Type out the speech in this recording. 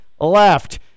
left